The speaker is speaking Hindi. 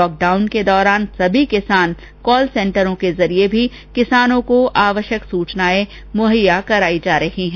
लहक डाउन के दौरान सभी किसान कहल सेंटरों के जरिए किसानों को आवश्यक सूचनाएं मुहैया करायी जा रही हैं